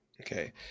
Okay